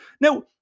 Now